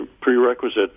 prerequisite